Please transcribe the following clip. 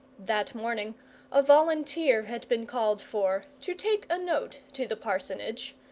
that morning a volunteer had been called for, to take a note to the parsonage,